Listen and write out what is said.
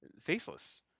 faceless